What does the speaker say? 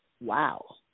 Wow